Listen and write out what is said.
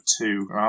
two